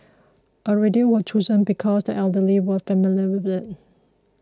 a radio was chosen because the elderly were familiar with it